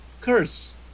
curse